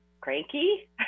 cranky